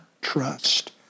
trust